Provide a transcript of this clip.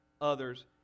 others